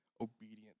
obedient